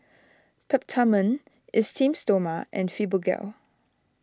Peptamen Esteem Stoma and Fibogel